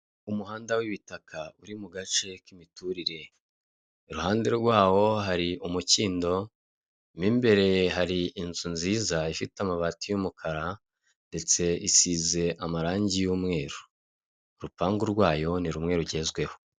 Inzu yubatse hafi y'ishyamba ririmo ibiti byinshi amapoto marebamare ariho abatara amurika m'umuhanda urimo imodoka n'amamoto, k'uruhande indabo ubusitani.